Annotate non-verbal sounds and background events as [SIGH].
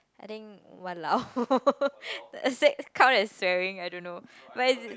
I think !walao! [LAUGHS] does that count as swearing I don't know